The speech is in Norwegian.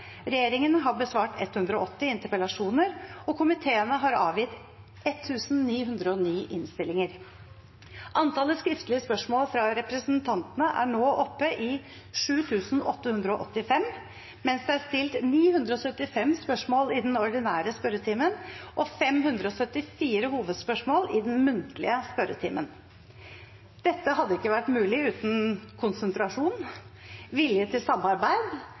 Regjeringen har besvart 180 interpellasjoner, og komiteene har avgitt 1 909 innstillinger. Antallet skriftlige spørsmål fra representantene er nå oppe i 7 885, mens det er stilt 975 spørsmål i den ordinære spørretimen og 574 hovedspørsmål i den muntlige spørretimen. Dette hadde ikke vært mulig uten konsentrasjon, vilje til samarbeid